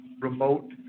remote